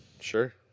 Sure